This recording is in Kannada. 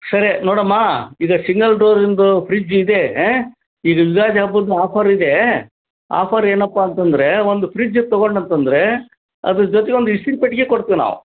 ಸರಿ ನೋಡಮ್ಮ ಇದು ಸಿಂಗಲ್ ಡೋರಿಂದು ಫ್ರಿಜ್ ಇದೆ ಇದು ಯುಗಾದಿ ಹಬ್ಬದ ಆಫರ್ ಇದೆ ಆಫರ್ ಏನಪ್ಪ ಅಂತಂದರೆ ಒಂದು ಫ್ರಿಜ್ ತಗೊಂಡ್ರ್ ಅಂತಂದರೆ ಅದ್ರ ಜೊತಿಗೆ ಒಂದು ಇಸ್ತ್ರಿ ಪೆಟ್ಟಿಗೆ ಕೊಡ್ತಿವಿ ನಾವು